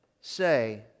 say